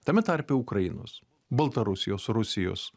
tame tarpe ukrainos baltarusijos rusijos